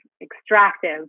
extractive